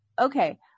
okay